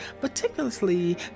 particularly